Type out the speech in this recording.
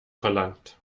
verlangt